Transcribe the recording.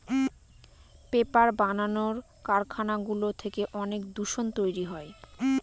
paper বানানোর কারখানাগুলো থেকে অনেক দূষণ তৈরী হয়